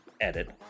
edit